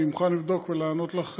אני מוכן לבדוק ולענות לך